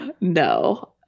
No